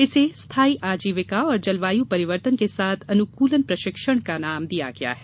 इसे स्थाई आजीविका और जलवायु परिवर्तन के साथ अनुकूलन प्रशिक्षण का नाम दिया गया है